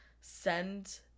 send